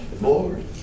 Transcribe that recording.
Lord